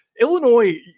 Illinois